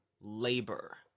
labor